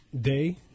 Day